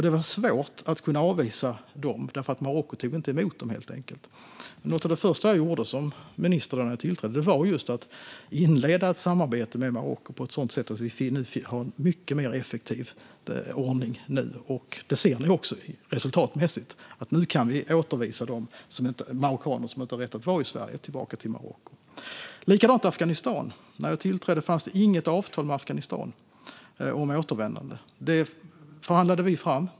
Det var svårt att avvisa dem, för Marocko tog helt enkelt inte emot dem. Något av det första jag gjorde som minister, när jag tillträdde, var just att inleda ett samarbete med Marocko på ett sådant sätt att vi nu har en mycket mer effektiv ordning. Det ser ni också, resultatmässigt. Nu kan vi få de marockaner som inte har rätt att vara i Sverige att återvända till Marocko. Det är likadant i fråga om Afghanistan. När jag tillträdde fanns det inget avtal med Afghanistan om återvändande. Det förhandlade vi fram.